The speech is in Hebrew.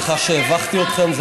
סליחה שהבכתי אתכם.